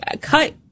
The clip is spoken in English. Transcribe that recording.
cut